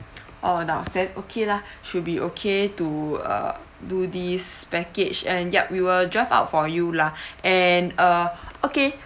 oh that was said okay lah should be okay to uh do this package and yup we will draft out for you lah and uh okay